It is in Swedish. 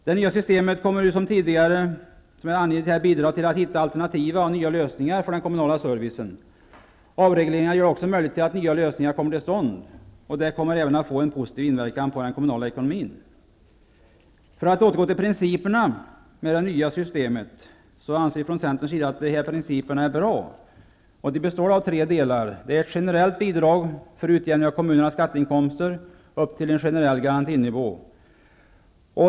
Det nya bidragssystemet kommer, som tidigare har framhållits att bidra till att hitta alternativa och nya lösningar för den kommunala servicen. Avregleringar gör det också möjligt att nya lösningar kommer till stånd. Även detta kommer att få en positiv inverkan på den kommunala ekonomin. Vi i Centern anser att principerna för det nya statsbidragssystemet är bra.